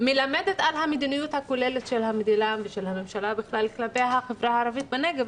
מלמדת על המדיניות הכוללת של המדינה ושל הממשלה כלפי החברה הערבית בנגב,